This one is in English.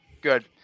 Good